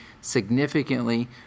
significantly